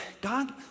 God